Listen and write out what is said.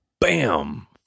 bam